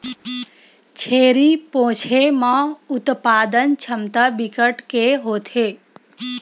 छेरी पोछे म उत्पादन छमता बिकट के होथे